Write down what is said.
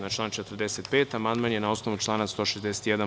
Na član 45. amandman je, na osnovu člana 161.